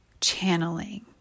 channeling